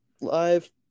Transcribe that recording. live